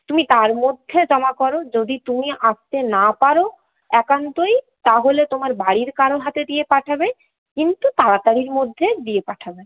তুমি তার মধ্যে জমা করো যদি তুমি আসতে না পারো একান্তই তাহলে তোমার বাড়ির কারোর হাতে দিয়ে পাঠাবে কিন্তু তাড়াতাড়ির মধ্যে দিয়ে পাঠাবে